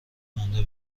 مونده